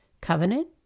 covenant